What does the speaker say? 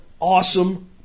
awesome